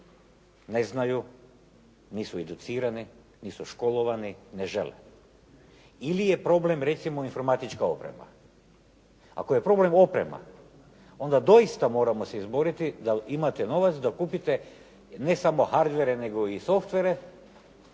Ne znaju, nisu educirani, nisu školovani, ne žele? Ili je problem recimo informatička oprema. Ako je problem oprema onda doista moramo se izboriti da imate novac da kupite ne samo hardvere, nego i softvere